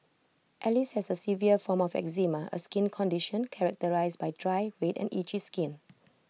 alice has the severe form of eczema A skin condition characterised by dry red and itchy skin